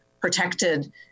protected